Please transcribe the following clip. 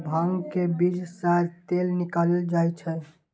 भांग के बीज सं तेल निकालल जाइ छै